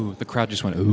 the crowd just want ooh